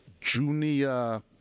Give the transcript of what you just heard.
junior